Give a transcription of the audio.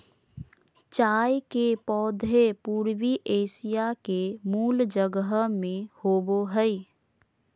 चाय के पौधे पूर्वी एशिया के मूल जगह में होबो हइ